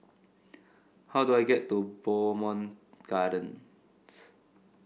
how do I get to Bowmont Gardens